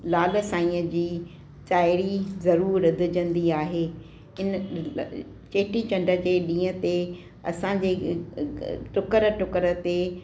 लाल साईअ जी तायरी ज़रूरु रधिजंदी आहे इन चेटीचंड जे ॾींहं ते असांजे टुकर टुकर ते